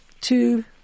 two